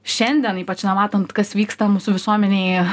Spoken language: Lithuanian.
šiandien ypač na matant kas vyksta mūsų visuomenėj